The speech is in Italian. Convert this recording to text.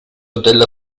della